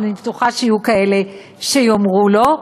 ואני בטוחה שיהיו כאלה שיאמרו לו.